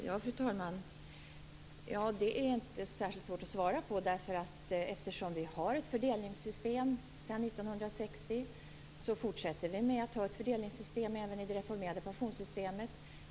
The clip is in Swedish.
Fru talman! Det är inte särskilt svårt att svara på. Vi har ett fördelningssystem sedan 1960, och vi fortsätter med att ha ett fördelningssystem även i det reformerade pensionssystemet.